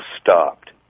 stopped